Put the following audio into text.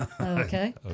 Okay